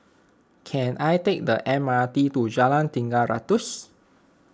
can I take the M R T to Jalan Tiga Ratus